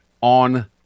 on